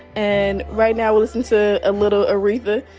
and right now, we're listening to a little aretha.